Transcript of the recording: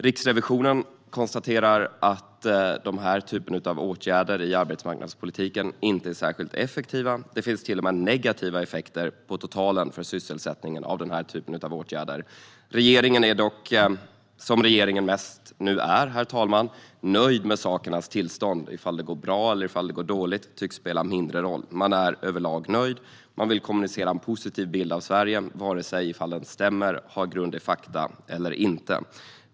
Riksrevisionen konstaterar att denna typ av åtgärder i arbetsmarknadspolitiken inte är särskilt effektiva. Effekterna på sysselsättningen av denna typ av åtgärder kan till och med totalt sett vara negativa. Regeringen är dock, som regeringen nu mest är, herr talman, nöjd med sakernas tillstånd. Om det går bra eller dåligt tycks spela mindre roll. Man är överlag nöjd och vill kommunicera en positiv bild av Sverige, oavsett om den stämmer och har grund i fakta eller inte.